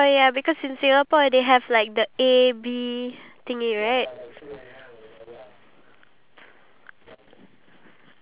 ya with you the one you recommend me right that one is more nicer than the one at bagus or kopitiam